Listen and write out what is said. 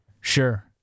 Sure